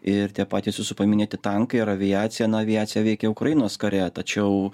ir tie patys jūsų paminėti tankai ir aviacija na aviacija veikia ukrainos kare tačiau